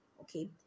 Okay